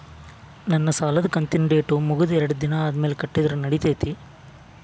ದಸರಾ ಹಬ್ಬದ ಪ್ರಯುಕ್ತ ಫೈನಾನ್ಸ್ ಕಂಪನಿಯವ್ರು ಸಾಲ ಕೊಡ್ಲಿಕ್ಕೆ ಯಾವದಾದ್ರು ಆಫರ್ ಇಟ್ಟಾರೆನ್ರಿ ಸಾರ್?